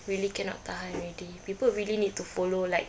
really cannot tahan already people really need to follow like